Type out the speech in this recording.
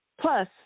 Plus